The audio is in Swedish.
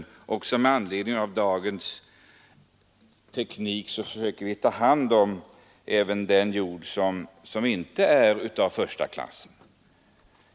Med dagens teknik måste vi ta hand om även den jord som inte är av första klass.